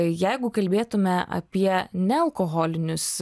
jeigu kalbėtume apie nealkoholinius